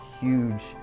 huge